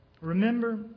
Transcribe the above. Remember